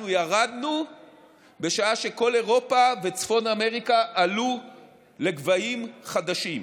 אנחנו ירדנו בשעה שכל אירופה וצפון אמריקה עלו לגבהים חדשים.